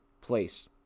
place